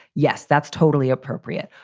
yes, that's totally appropriate.